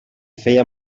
feia